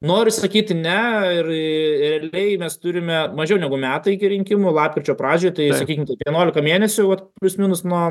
noriu sakyti ne ir realiai mes turime mažiau negu metai iki rinkimų lapkričio pradžioj tai sakykim taip vienuolika mėnesių vat plius minus nuo